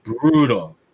brutal